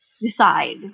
decide